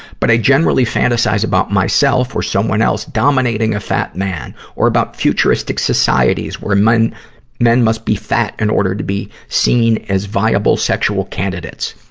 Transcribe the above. but i generally fantasize about myself or someone else dominating a fat man. or about futuristic societies, where men men must be fat in order to be seen as viable, sexual candidates.